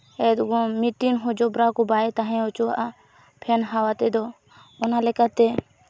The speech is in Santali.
ᱮᱠᱫᱚᱢ ᱢᱤᱫᱴᱤᱱ ᱦᱚᱸ ᱡᱚᱵᱽᱨᱟ ᱠᱚ ᱵᱟᱭ ᱛᱟᱦᱮᱸ ᱦᱚᱪᱚᱣᱟᱜᱼᱟ ᱯᱷᱮᱱ ᱦᱟᱣᱟ ᱛᱮᱫᱚ ᱚᱱᱟ ᱞᱮᱠᱟᱛᱮ